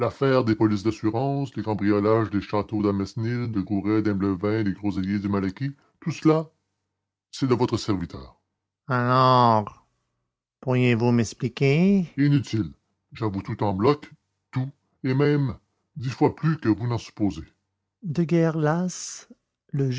l'affaire des polices d'assurance le cambriolage des châteaux d'armesnil de gouret d'imblevain des groseillers du malaquis tout cela c'est de votre serviteur alors pourriez-vous m'expliquer inutile j'avoue tout en bloc tout et même dix fois plus que vous n'en supposez de guerre lasse le